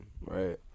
right